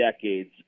decades